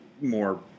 more